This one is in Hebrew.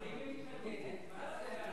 כיוון שהיא סופרת מפורסמת -- אם היא מסכימה.